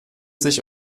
sich